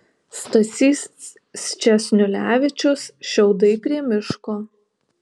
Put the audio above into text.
stasys sčesnulevičius šiaudai prie miško